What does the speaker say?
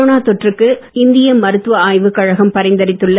corona தொற்றுக்கு இந்திய மருத்துவ ஆய்வுக் கழகம் பரிந்துரைத்துள்ள